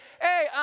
Hey